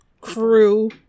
crew